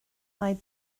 mae